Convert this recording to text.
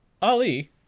Ali